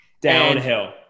Downhill